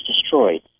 destroyed